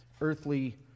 earthly